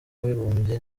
w’abibumbye